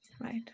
right